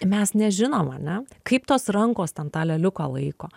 mes nežinom ane kaip tos rankos ten tą lėliuką laiko